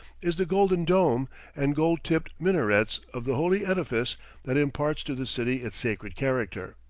is the golden dome and gold-tipped minarets of the holy edifice that imparts to the city its sacred character.